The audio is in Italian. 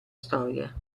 storia